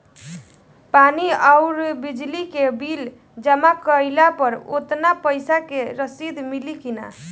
पानी आउरबिजली के बिल जमा कईला पर उतना पईसा के रसिद मिली की न?